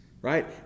right